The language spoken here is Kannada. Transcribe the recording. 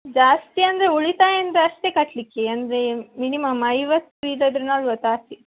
ಜಾಸ್ತಿ ಅಂದರೆ ಉಳಿತಾಯ ಏನು ಜಾಸ್ತಿ ಕಟ್ಟಲಿಕ್ಕೆ ಅಂದರೆ ಮಿನಿಮಮ್ ಐವತ್ತು ಇದಾದ್ರೆ ನಲ್ವತ್ತು